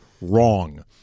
wrong